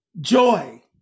joy